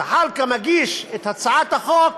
זחאלקה מגיש את הצעת החוק